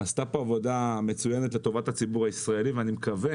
נעשתה פה עבודה מצוינת לטובת הציבור הישראלי ואני מקווה